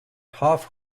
half